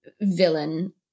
villain